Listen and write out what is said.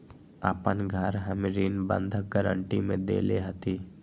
अपन घर हम ऋण बंधक गरान्टी में देले हती